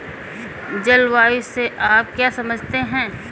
जलवायु से आप क्या समझते हैं?